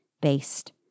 based